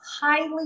highly